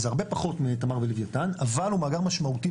זה הרבה פחות מתמר ולוויתן אבל הוא מאגר משמעותי